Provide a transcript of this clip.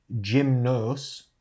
gymnos